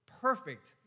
perfect